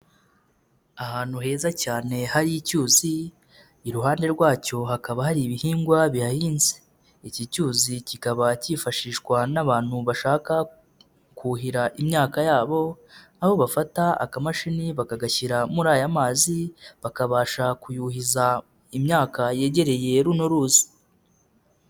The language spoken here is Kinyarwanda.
Ahantu heza cyane hari icyuyuzi iruhande rwacyo hakaba hari ibihingwa bihahinze, iki cyuzi kikaba cyifashishwa n'abantu bashaka kuhira imyaka yabo, aho bafata akamashini bakagashyira muri aya mazi bakabasha kuyuhiza imyaka yegereyeru runo ruzi.